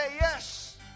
yes